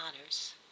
honors